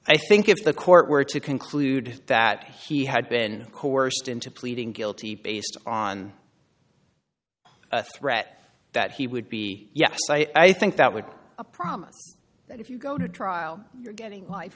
i think if the court were to conclude that he had been coerced into pleading guilty based on a threat that he would be yes i think that would be a promise that if you go to trial you're getting life